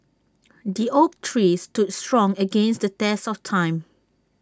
the oak tree stood strong against the test of time